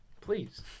Please